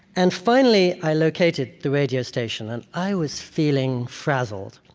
and finally i located the radio station. and i was feeling frazzled.